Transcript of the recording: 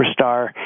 superstar